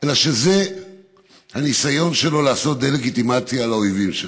אלא שזה הניסיון שלו לעשות דה-לגיטימציה לאויבים שלו,